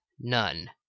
none